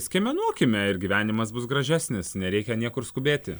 skiemenuokime ir gyvenimas bus gražesnis nereikia niekur skubėti